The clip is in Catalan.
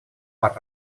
per